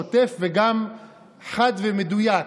שוטף וגם חד ומדויק,